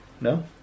no